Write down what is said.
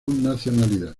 nacionalidad